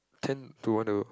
tend to want to